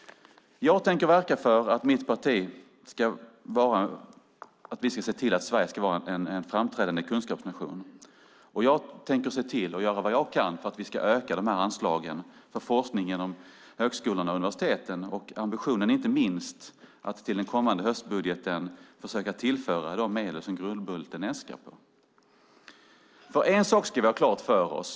Jag tänker verka för att vi ska se till att Sverige ska vara en framträdande kunskapsnation. Jag tänker göra vad jag kan för att vi ska öka de här anslagen för forskningen om högskolorna och universiteten. Ambitionen är att till den kommande höstbudgeten försöka tillföra de medel som Grundbulten äskar på. En sak ska vi ha klart för oss.